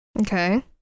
Okay